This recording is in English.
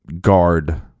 guard